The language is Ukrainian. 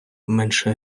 менше